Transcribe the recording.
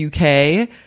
uk